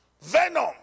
venom